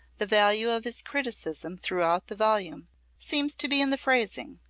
the value of his criticism throughout the volume seems to be in the phrasing,